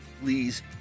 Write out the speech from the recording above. Please